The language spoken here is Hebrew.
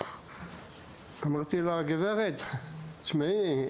אמרתי לה: "גברת, תשמעי,